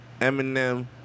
Eminem